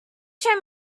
show